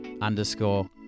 underscore